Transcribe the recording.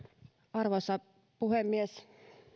arvoisa puhemies